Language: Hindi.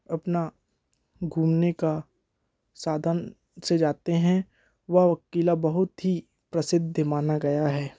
अपना घूमने का साधन से जाते हैं वह क़िला बहुत ही प्रसिद्ध माना गया है